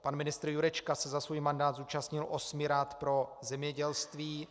Pan ministr Jurečka se za svůj mandát zúčastnil osmi rad pro zemědělství.